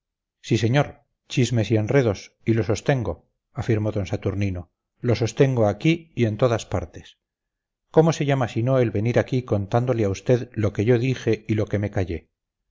sí señor chismes y enredos y lo sostengo afirmó d saturnino lo sostengo aquí y en todas partes cómo se llama si no el venir aquí contándole a usted lo que yo dije y lo que me callé